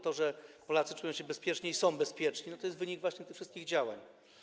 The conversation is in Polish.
To, że Polacy czują się bezpiecznie i są bezpieczni, jest wynikiem właśnie tych wszystkich działań.